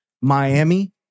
Miami